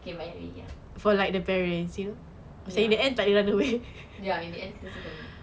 you might be ya ya in the end satu family